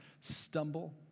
stumble